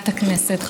כמו תמיד,